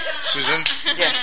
Susan